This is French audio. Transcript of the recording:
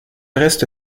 reste